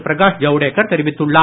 பிரகாஷ் ஜவுடேகர் தெரிவித்துள்ளார்